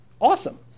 Awesome